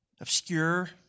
obscure